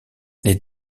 les